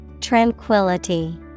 Tranquility